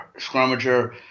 scrummager